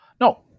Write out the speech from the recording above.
No